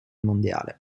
mondiale